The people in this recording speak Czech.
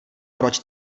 proč